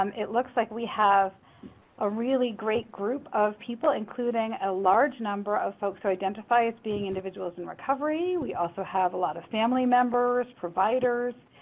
um it looks like we have a really great group of people including a large number of folks who identify as being individuals in recovery. we also have a lot of family members, providers,